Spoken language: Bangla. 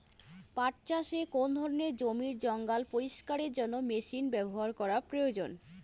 পাট চাষে কোন ধরনের জমির জঞ্জাল পরিষ্কারের জন্য মেশিন ব্যবহার করা প্রয়োজন?